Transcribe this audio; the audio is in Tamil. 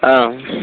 ஆ